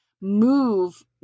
move